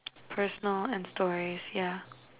personal and stories yeah